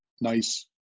nice